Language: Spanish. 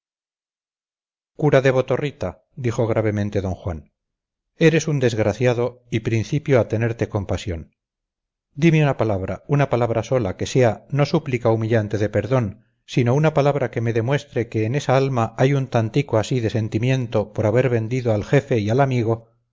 cura de botorrita dijo gravemente don juan eres un desgraciado y principio a tenerte compasión dime una palabra una palabra sola que sea no súplica humillante de perdón sino una palabra que me demuestre que en esa alma hay un tantico así de sentimiento por haber vendido al jefe y al amigo